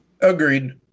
Agreed